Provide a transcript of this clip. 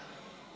תודה.